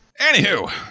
Anywho